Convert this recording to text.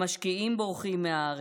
המשקיעים בורחים מהארץ,